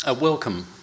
Welcome